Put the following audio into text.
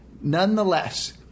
Nonetheless